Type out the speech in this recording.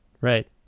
right